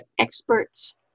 experts